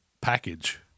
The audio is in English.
package